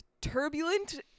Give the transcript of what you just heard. turbulent